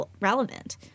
relevant